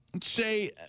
say